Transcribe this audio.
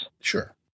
Sure